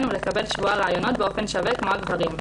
ולקבל שבוע ראיונות באופן שווה כמו הגברים,